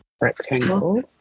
rectangle